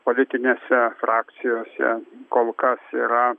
politinėse frakcijose kol kas yra